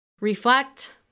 reflect